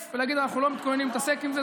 ולהגיד: אנחנו לא מתכוננים להתעסק עם זה,